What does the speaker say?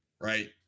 right